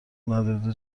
نداده